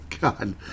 God